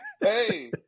hey